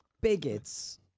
bigots